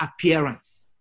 appearance